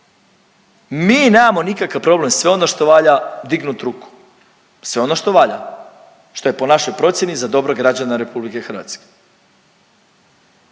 Mi nemamo nikakav problem, sve ono što valja dignut ruku, sve ono što valja što je po našoj procjeni dobro za dobro građana RH.